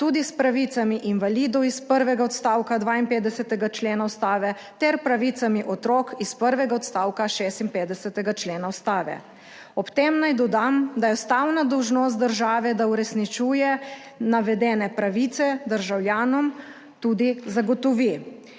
tudi s pravicami invalidov iz prvega odstavka 52. člena Ustave ter pravicami otrok iz prvega odstavka 56. člena Ustave. Ob tem naj dodam, da je ustavna dolžnost države, da uresničuje navedene pravice državljanom tudi zagotovi.